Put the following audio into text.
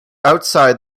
outside